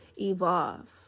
evolve